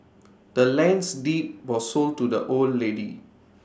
the land's deed was sold to the old lady